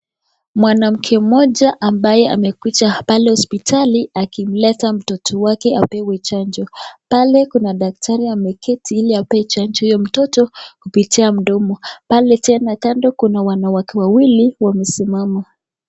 Mwanamke mmoja ambaye amekuja pale hospitali akimleta mtoto wake apigwe chanjo. Pale kuna daktari ameketi ili ampee chanjo huyo mtoto kupitia mdomo. Pale tena kando kuna wanawake wawili wamesimama.